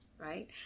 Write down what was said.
right